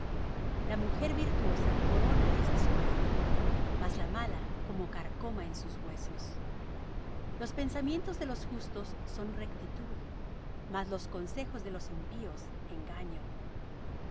la mujer virtuosa corona es de su marido mas la mala como carcoma en sus huesos los pensamientos de los justos son rectitud mas los consejos de los impíos engaño las